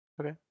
Okay